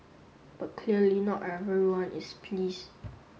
but clearly not everyone is pleased